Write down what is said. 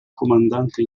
comandante